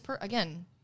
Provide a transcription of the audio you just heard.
again